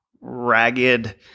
ragged